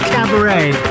Cabaret